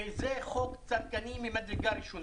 זה חוק צדקני ממדרגה ראשונה,